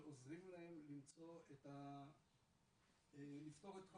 שעוזרים להם לפתור את כל